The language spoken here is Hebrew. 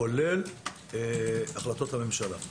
כולל החלטות הממשלה: